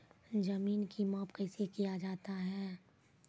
जमीन की माप कैसे किया जाता हैं?